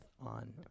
on